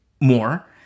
more